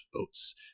votes